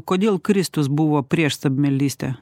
kodėl kristus buvo prieš stabmeldystę